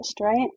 right